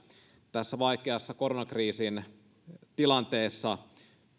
tässä vaikeassa koronakriisin tilanteessa